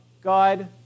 God